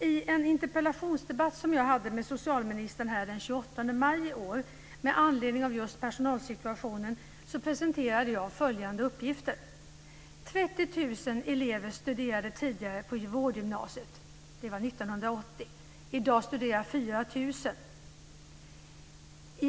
I en interpellationsdebatt som jag hade med socialministern den 28 maj i år med anledning av just personalsituationen presenterade jag följande uppgifter: 30 000 elever studerade tidigare på vårdgymnasiet. Det var 1980. I dag studerar 4 000.